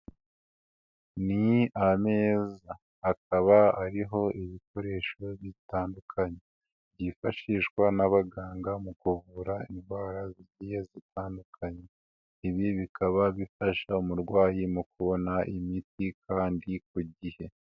Ni ameza akaba ariho ibikoresho bitandukanye, byifashishwa n'abaganga mu kuvura indwara zigiye zitandukanye, ibi bikaba bifasha umurwayi mu kubona imiti kandi ku gihe.